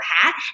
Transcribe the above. hat